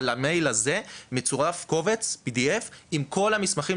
אבל למייל הזה מצורף קובץ PDF עם כל המסמכים,